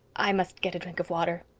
i must get a drink of water,